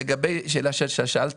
לגבי השאלה ששאלת.